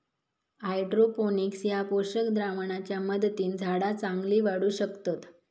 hydroponics ह्या पोषक द्रावणाच्या मदतीन झाडा चांगली वाढू शकतत